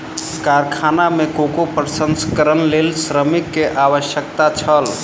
कारखाना में कोको प्रसंस्करणक लेल श्रमिक के आवश्यकता छल